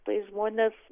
tai žmonės